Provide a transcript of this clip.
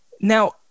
Now